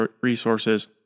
resources